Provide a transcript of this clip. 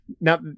Now